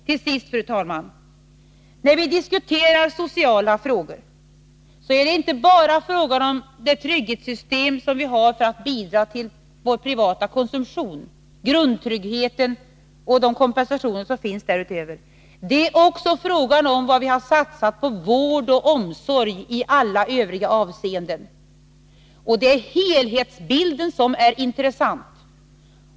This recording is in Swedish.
Till sist, fru talman, när vi diskuterar sociala frågor är det inte bara fråga om det trygghetssystem som vi har för att bidra till vår privata konsumtion, grundtryggheten och de kompensationer som finns därutöver — det är också fråga om vad vi har satsat på vård och omsorg i alla övriga avseenden. Det är helhetsbilden som är intressant.